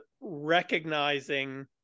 recognizing